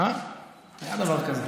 זאת אגדה.